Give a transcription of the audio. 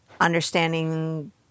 understanding